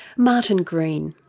martin green.